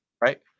Right